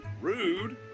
rude